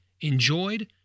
enjoyed